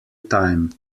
time